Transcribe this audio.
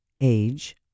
age